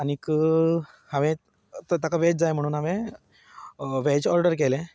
आनी हांवें ताका वॅज जाय म्हूण हांवें वॅज ऑर्डर केलें